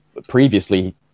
previously